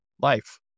life